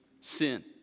sin